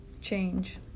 Change